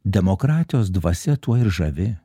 demokratijos dvasia tuo ir žavi